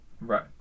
Right